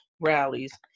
rallies